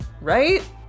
right